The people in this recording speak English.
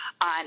on